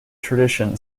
tradition